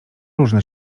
różne